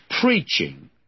preaching